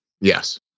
Yes